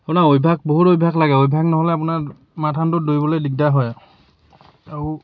আপোনাৰ অভ্যাস বহুত অভ্যাস লাগে অভ্যাস নহ'লে আপোনাৰ মাৰাথন দৌৰ দৌৰিবলৈ দিগদাৰ হয় আৰু